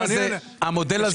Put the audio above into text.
יש